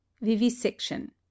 vivisection